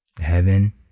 heaven